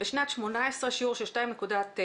בשנת 2018 בשיעור של 2.9,